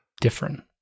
different